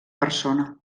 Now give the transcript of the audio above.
persona